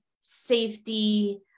safety